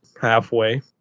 halfway